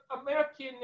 American